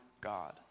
God